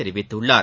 தெரிவித்துள்ளார்